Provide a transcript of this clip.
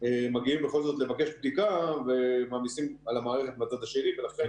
מגיעים בכל זאת לבקש בדיקה ומעמיסים על המערכת מהצד השני ולכן